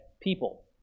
people